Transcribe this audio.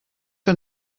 que